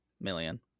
million